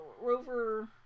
rover